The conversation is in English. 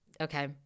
okay